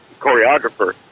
choreographer